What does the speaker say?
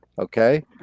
Okay